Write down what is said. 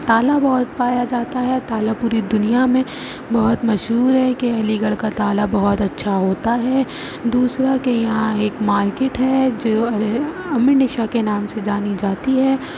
تالا بہت پایا جاتا ہے تالا پوری دنیا میں بہت مشہور ہے کہ علی گڑھ کا تالا بہت اچھا ہوتا ہے دوسرا کہ یہاں ایک مارکیٹ ہے جو امیر نشاء کے نام سے جانی جاتی ہے